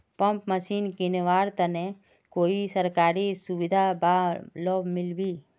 Pump machine किनवार तने कोई सरकारी सुविधा बा लव मिल्बी?